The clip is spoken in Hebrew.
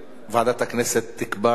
ועדת הכנסת תקבע לאיזו ועדה,